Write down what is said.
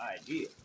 idea